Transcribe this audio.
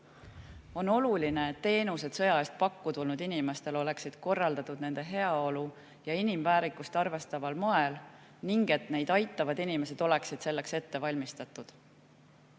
On oluline, et teenused sõja eest pakku tulnud inimestele oleksid korraldatud nende heaolu ja inimväärikust arvestaval moel ning et neid aitavad inimesed oleksid selleks ette valmistatud.